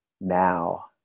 now